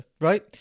right